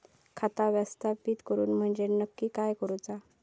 खाता व्यवस्थापित करूचा म्हणजे नक्की काय करूचा?